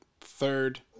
third